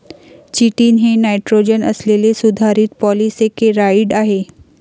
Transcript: chitin हे nitrogen असलेले सुधारित पॉलिसेकेराइड आहे